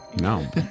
no